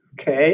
Okay